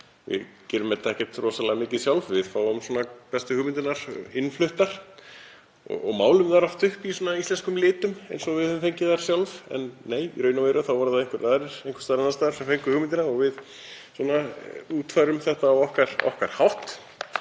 við gerum þetta ekkert rosalega mikið sjálf. Við fáum bestu hugmyndirnar innfluttar og málum þær oft upp í íslenskum litum eins og við höfum fengið hugmyndina sjálf. En, nei, í raun og veru voru það einhverjir aðrir einhvers staðar annars staðar sem fengu hugmyndina og við útfærum hana á okkar hátt